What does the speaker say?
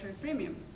premium